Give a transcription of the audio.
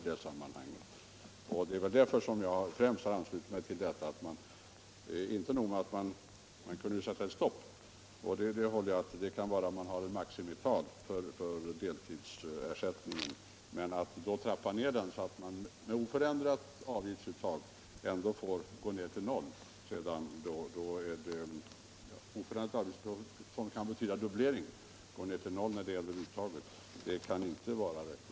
Det är främst därför jag ansluter mig till detta. Man kan ange ett maximital för deltidsersättningen. Men att trappa ner den så att man med oförändrat avgiftsuttag ändå går ned till noll kan inte vara rättvist.